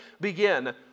Begin